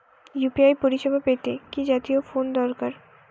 UPI পরিসেবা পেতে কি জাতীয় ফোন দরকার?